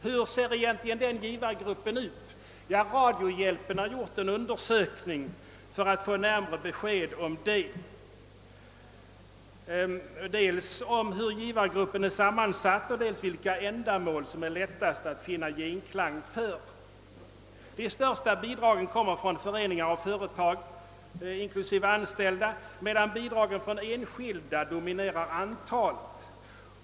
Hur ser egentligen den givargruppen ut? Radiohjälpen har gjort en undersökning för att få närmare besked, dels om hur givargruppen är sammansatt och dels om vilka ändamål som det är lättast att finna gensvar för. De största bidragen kommer från föreningar och företag inklusive anställda, medan bidrag från enskilda dominerar antalet.